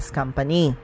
company